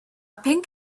pink